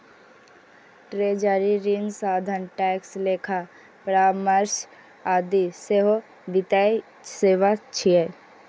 treasury, ऋण साधन, tax, लेखा परामर्श आदि सेहो वित्तीय सेवा छियै